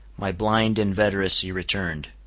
my blind inveteracy returned.